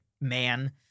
man